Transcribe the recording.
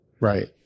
Right